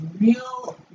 real